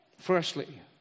Firstly